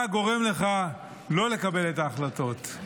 מה גורם לך לא לקבל את ההחלטות.